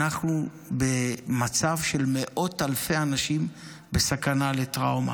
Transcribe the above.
אנחנו במצב של מאות אלפי אנשים בסכנה לטראומה.